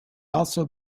also